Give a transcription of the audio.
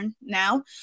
now